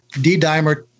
D-dimer